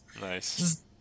Nice